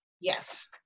Yes